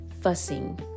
fussing